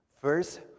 First